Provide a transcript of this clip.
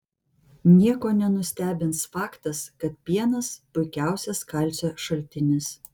nieko nenustebins faktas kad pienas puikiausias kalcio šaltinis